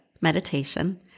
meditation